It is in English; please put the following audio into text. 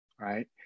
right